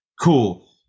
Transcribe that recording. Cool